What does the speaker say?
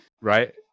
right